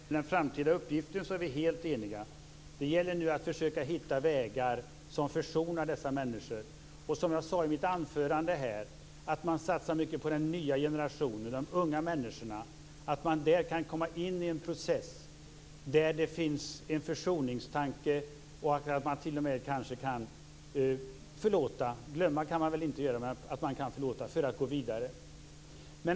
Fru talman! När det gäller den framtida uppgiften är vi helt eniga. Det gäller nu att försöka hitta vägar som försonar dessa människor. Som jag sade i mitt anförande måste man satsa mycket på den nya generationen och på de unga människorna. Där kan man komma in i en process där det finns en försoningstanke. Där kan man kanske t.o.m. förlåta. Glömma kan man väl inte göra, men man kan kanske förlåta för att gå vidare.